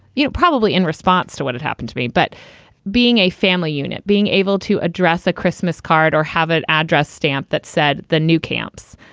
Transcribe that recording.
yeah, probably in response to what had happened to me. but being a family unit, being able to address a christmas card or have it addressed stamp. that said, the new camps,